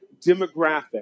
demographic